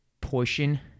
portion